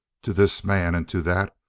to this man and to that,